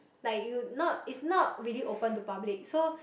like you not it's not really open to public so